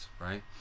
right